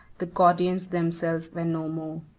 the gordians themselves were no more.